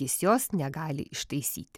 jis jos negali ištaisyti